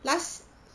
last